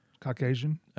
Caucasian